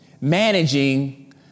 managing